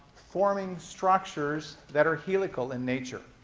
forming structures that are helical in nature.